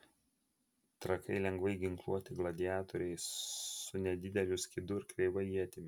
trakai lengvai ginkluoti gladiatoriai su nedideliu skydu ir kreiva ietimi